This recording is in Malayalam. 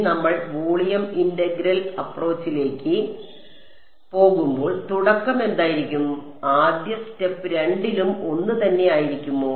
ഇനി നമ്മൾ വോളിയം ഇന്റർഗ്രൽ അപ്രോച്ചിലേക്ക് പോകുമ്പോൾ തുടക്കം എന്തായിരിക്കും ആദ്യ സ്റ്റെപ്പ് രണ്ടിലും ഒന്ന് തന്നെ ആയിരിക്കുമോ